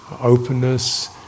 openness